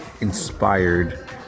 inspired